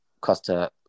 Costa